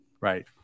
right